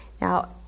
Now